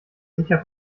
sicher